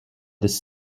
this